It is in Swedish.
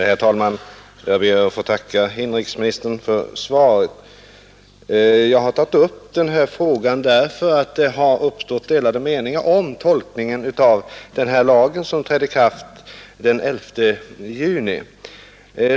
Herr talman! Jag ber att få tacka inrikesministern för svaret. Jag har tagit upp denna fråga därför att det har uppstått delade meningar om tolkningen av denna lag, som trädde i kraft den 11 juni.